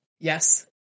Yes